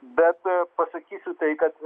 bet pasakysiu tai kad